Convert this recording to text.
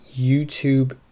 YouTube